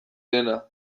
dena